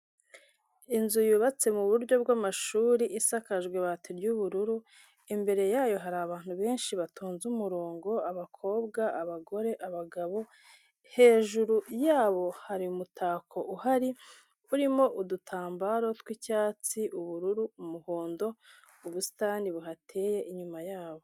Inzu yubatse mu buryo bw'amashuri isakajwe ibati ry'ubururu, imbere yayo hari abantu benshi batonze umurongo, abakobwa, abagore, abagabo hejuru yabo hari umutako uhari urimo udutambaro tw'icyatsi ubururu, umuhondo, ubusitani buhateye inyuma yabo.